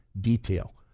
detail